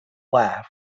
laughed